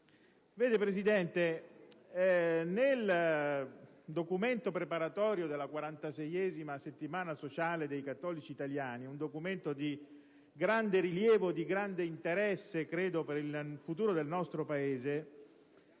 Presidente, nel documento preparatorio della 46ª Settimana sociale dei cattolici italiani, un documento di grande rilievo e di grande interesse per il futuro del nostro Paese,